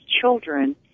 children